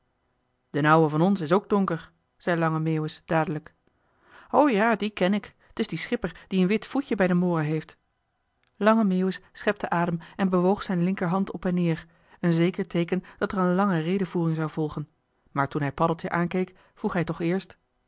d'n ouwe van ons is ook donker zei lange meeuwis dadelijk o ja dien ken ik t is die schipper die een wit voetje bij de mooren heeft lange meeuwis schepte adem en bewoog zijn linkerhand op en neer een zeker teeken dat er een lange redevoering zou volgen maar toen hij paddeltje aankeek vroeg hij toch eerst